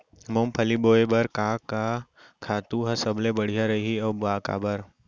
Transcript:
मूंगफली बोए बर का खातू ह सबले बढ़िया रही, अऊ काबर?